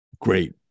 great